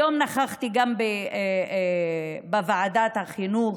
היום נכחתי גם בוועדת החינוך.